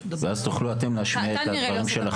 ואז תוכלו אתם להשמיע את הדברים שלכם עוד מעט.